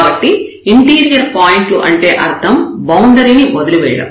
కాబట్టి ఇంటీరియర్ పాయింట్లు అంటే అర్థం బౌండరీ ని వదిలివేయడం